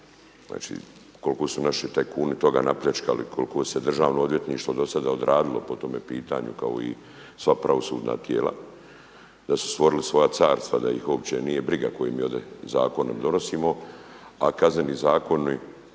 znači koliko su naši tajkuni toga napljačkali, koliko se Državno odvjetništvo do sada odradilo po tome pitanju kao i sva pravosudna tijela, da su stvorili svoja carstva da ih uopće nije briga koje mi ovdje zakone donosimo, a kazneni zakoni